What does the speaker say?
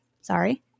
sorry